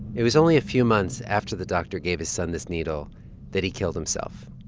it was only a few months after the doctor gave his son this needle that he killed himself,